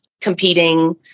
competing